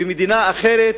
ומדינה אחרת,